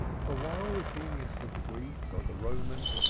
for while the genius of the greek or the roman,